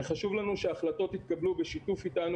וחשוב לנו שההחלטות יתקבלו בשיתוף איתנו